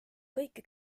kõiki